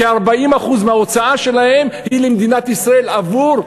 כ-40% מההוצאה שלהם היא למדינת ישראל עבור,